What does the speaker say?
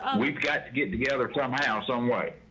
ah we've got to get together somehow someway.